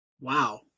Wow